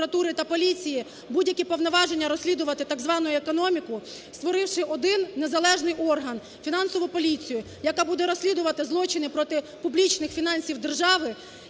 будь-які повноваження розслідувати так звану економіку, створивши один незалежний орган – фінансову поліцію, яка буде розслідувати злочини проти публічних фінансів держави